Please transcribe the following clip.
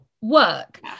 work